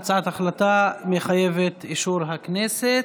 הצעת החלטה מחייבת את אישור הכנסת.